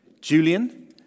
Julian